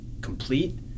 complete